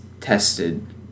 tested